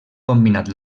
combinat